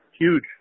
huge